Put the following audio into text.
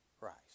Christ